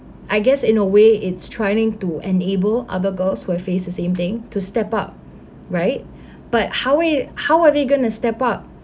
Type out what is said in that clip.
I guess in a way it's trying to enable other girls who have faced the same thing to step up right but how will it how are they going to step up